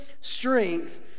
strength